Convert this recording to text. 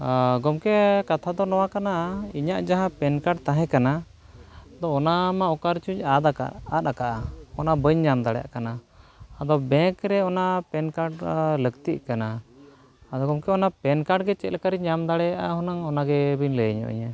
ᱜᱚᱢᱠᱮ ᱠᱟᱛᱷᱟ ᱫᱚ ᱱᱚᱣᱟ ᱠᱟᱱᱟ ᱤᱧᱟᱹᱜ ᱡᱟᱦᱟᱸ ᱯᱮᱱ ᱠᱟᱨᱰ ᱛᱟᱦᱮᱸ ᱠᱟᱱᱟ ᱟᱫᱚ ᱚᱱᱟᱢᱟ ᱚᱠᱟ ᱨᱮᱪᱚᱧ ᱟᱫ ᱠᱟᱜᱼᱟ ᱚᱱᱟ ᱵᱟᱹᱧ ᱧᱟᱢ ᱫᱟᱲᱮᱭᱟᱜ ᱠᱟᱱᱟ ᱟᱫᱚ ᱵᱮᱝᱠ ᱨᱮ ᱚᱱᱟ ᱯᱮᱱ ᱠᱟᱨᱰ ᱞᱟᱹᱠᱛᱤᱜ ᱠᱟᱱᱟ ᱟᱫᱚ ᱜᱚᱢᱠᱮ ᱚᱱᱟ ᱯᱮᱱ ᱠᱟᱨᱰ ᱜᱮ ᱪᱮᱫ ᱞᱮᱠᱟᱨᱤᱧ ᱧᱟᱢ ᱫᱟᱲᱮᱭᱟᱜᱼᱟ ᱦᱩᱱᱟᱹᱝ ᱚᱱᱟᱜᱮᱵᱤᱱ ᱞᱟᱹᱭᱧᱚᱜ ᱤᱧᱟᱹ